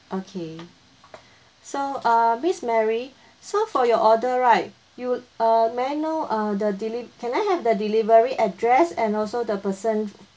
okay so uh miss mary so for your order right you uh may I know uh the deli~ can I have the delivery address and also the person